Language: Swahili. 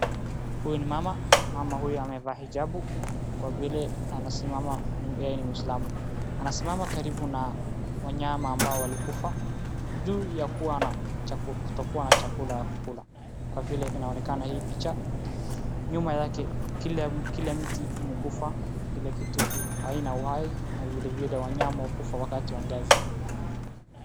Huyu ni mama, mama amevaa hijabu Kwa vile yeye ni muislamu anasimama karibu na wanyama ambao walikufa juu ya kutokuwa na chakula ya kukula Kwa vile inaonekana hii picha nyuma yake Kila mti imekufa Kila kitu haina uhai na vile vile wanyama hukufa wakati wa kiangazi.